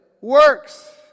works